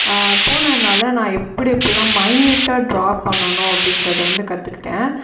போனதுனால் நான் எப்படி எப்படில்லாம் மைனியூட்டாக ட்ரா பண்ணணும் அப்படின்றத வந்து கற்றுக்கிட்டேன்